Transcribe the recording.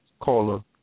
caller